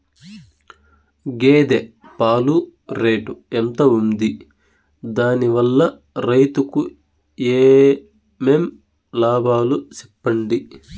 గేదె పాలు రేటు ఎంత వుంది? దాని వల్ల రైతుకు ఏమేం లాభాలు సెప్పండి?